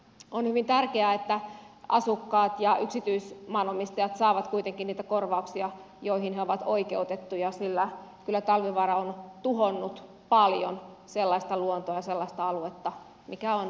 on hyvin tärkeää että asukkaat ja yksityismaanomistajat saavat kuitenkin niitä korvauksia joihin he ovat oikeutettuja sillä kyllä talvivaara on tuhonnut paljon luontoa ja alueita mikä on kestämätöntä